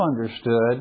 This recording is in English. understood